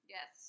Yes